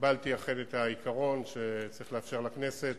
קיבלתי אכן את העיקרון שצריך לאפשר לכנסת